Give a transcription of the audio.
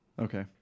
Okay